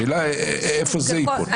השאלה, איפה זה ייפול?